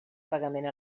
pagament